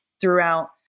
throughout